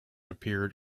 appeared